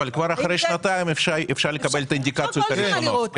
כבר אחרי שנתיים אפשר לקבל אינדיקציות ראשונות.